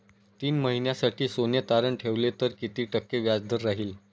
तीन महिन्यासाठी सोने तारण ठेवले तर किती टक्के व्याजदर राहिल?